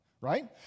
right